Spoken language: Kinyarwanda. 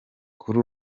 kuri